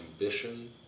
ambition